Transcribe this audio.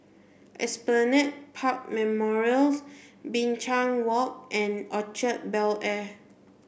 Esplanade Park Memorials Binchang Walk and Orchard Bel Air